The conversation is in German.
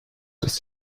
dass